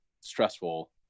stressful